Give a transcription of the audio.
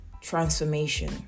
transformation